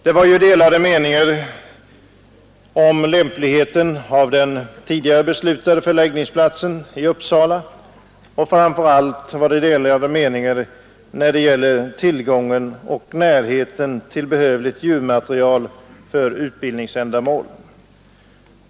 Det rådde delade meningar om lämpligheten av den beslutade förläggningsplatsen i Uppsala när detta beslut togs, framför allt när det gällde tillgången och närheten till det djurmaterial som behövdes för utbildningsändamål.